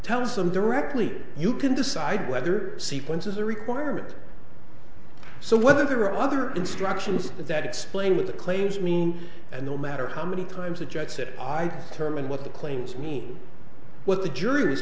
tells them directly you can decide whether sequence is a requirement so whether there are other instructions that explain what the claims mean and no matter how many times the judge said i term and what the claims mean what the jur